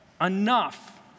enough